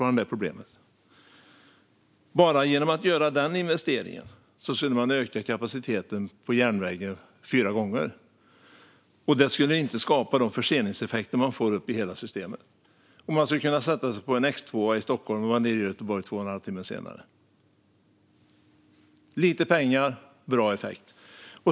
Finge man bort problemet där nere genom att göra investeringar skulle man öka kapaciteten på järnväg fyra gånger, och det skulle inte skapa de förseningseffekter man får uppe i hela systemet. Man skulle kunna sätta sig på en X2:a i Stockholm och vara nere i Göteborg två och en halv timme senare. Lite pengar - bra effekt.